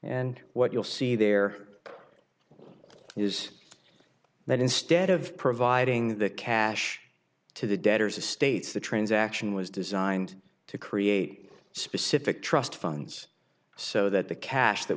and what you'll see there is that instead of providing the cash to the debtors estates the transaction was designed to create specific trust funds so that the cash that